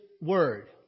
Word